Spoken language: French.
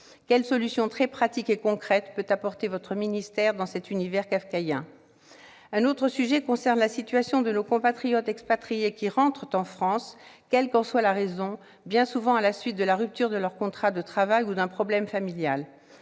quelles solutions très pratiques et concrètes votre ministère peut-il apporter dans cet univers kafkaïen ? Un autre sujet concerne la situation de nos compatriotes expatriés qui rentrent en France, quelle qu'en soit la raison, mais bien souvent à la suite de la rupture de leur contrat de travail ou d'un problème familial,